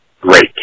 great